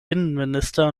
innenminister